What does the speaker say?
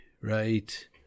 right